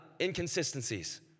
inconsistencies